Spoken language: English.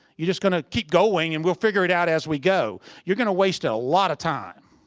you're just going to keep going and we'll figure it out as we go. you're going to waste a lot of time.